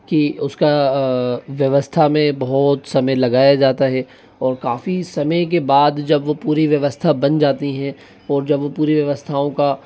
कि उसका व्यवस्था में बहुत समय लगाया जाता है और काफ़ी समय के बाद जब वो पूरी व्यवस्था बन जाती है और जब वो पूरी व्यवस्थाओं का